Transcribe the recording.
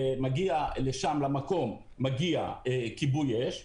ומגיע למקום כיבוי אש,